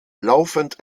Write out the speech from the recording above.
laufend